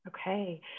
Okay